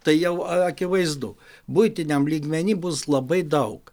tai jau akivaizdu buitiniam lygmeny bus labai daug